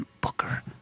booker